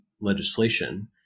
legislation